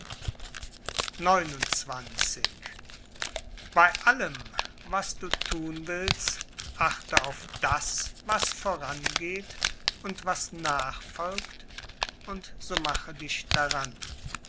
bei allem was du thun willst achte auf das was vorangeht und was nachfolgt und so mache dich daran